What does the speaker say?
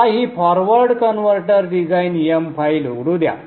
मला ही forward converter design m file उघडू द्या